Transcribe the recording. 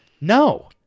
No